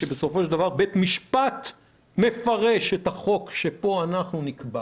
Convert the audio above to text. שבסופו של דבר בית משפט מפרש את החוק שפה אנחנו נקבע